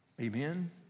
Amen